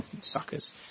suckers